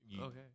Okay